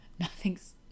Nothing's